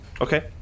Okay